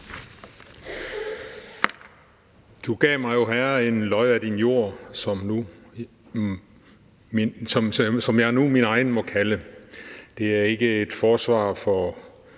»Du gav mig, o Herre, en lod af din jord,/som jeg nu min egen må kalde.« Det er ikke et forsvar for